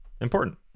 important